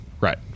Right